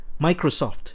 Microsoft